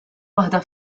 waħda